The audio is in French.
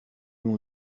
mon